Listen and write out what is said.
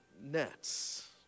nets